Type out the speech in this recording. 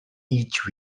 each